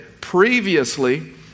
previously